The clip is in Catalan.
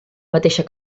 mateixa